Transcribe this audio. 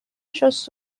شست